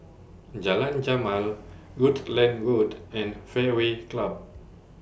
Jalan Jamal Rutland Road and Fairway Club